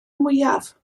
mwyaf